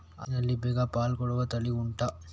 ಹಲಸಿನಲ್ಲಿ ಬೇಗ ಫಲ ಕೊಡುವ ತಳಿ ಉಂಟಾ